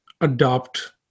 adopt